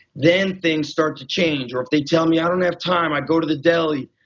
then things start to change. or if they tell me, i don't have time. i go to the deli,